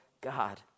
God